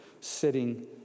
sitting